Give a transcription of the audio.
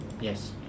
Yes